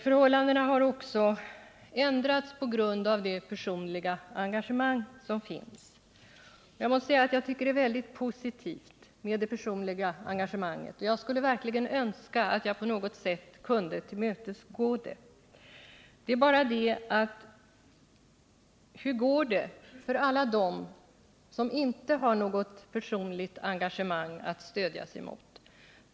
Förhållandena har också ändrats på grund av det personliga engagemang som finns. Det är väldigt positivt med detta personliga engagemang. Jag skulle verkligen önska att jag på något sätt kunde tillmötesgå det. Men hur går det för alla dem som inte har något personligt engagemang att stödja sig på?